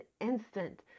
instant